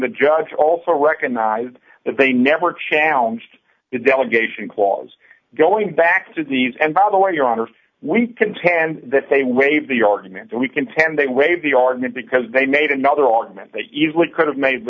the judge also recognized that they never challenged the delegation clause going back to these and by the way your honor we contend that they waive the argument that we contend they waive the argument because they made another augment they easily could have made